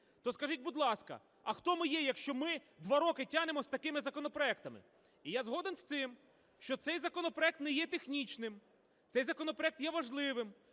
То скажіть, будь ласка, а хто ми є, якщо ми два роки тягнемо з такими законопроектами? Я згоден з цим, що цей законопроект не є технічним, цей законопроект є важливим,